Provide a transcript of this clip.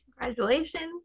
Congratulations